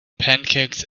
pancakes